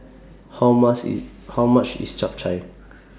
How much IS How much IS Chap Chai